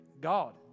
God